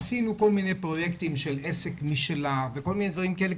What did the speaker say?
עשינו כל מיני פרויקטים של "עסק משלה" וכל מיני דברים כאלה,